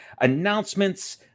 announcements